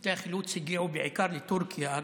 צוותי החילוץ הגיעו בעיקר לטורקיה,